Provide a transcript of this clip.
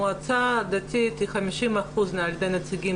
המועצה הדתית היא 50% על ידי נציגים